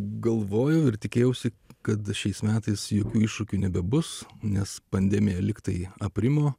galvojau ir tikėjausi kad šiais metais jokių iššūkių nebebus nes bandėme lygtai aprimo